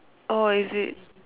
oh is it